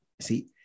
see